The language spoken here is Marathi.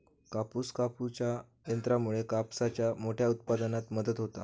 कापूस कापूच्या यंत्रामुळे कापसाच्या मोठ्या उत्पादनात मदत होता